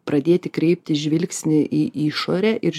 pradėti kreipti žvilgsnį į išorę ir